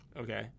okay